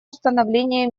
установления